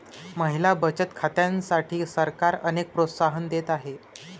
महिला बचत खात्यांसाठी सरकार अनेक प्रोत्साहन देत आहे